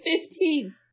fifteen